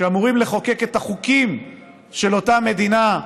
שאמורים לחוקק את החוקים של אותה מדינה,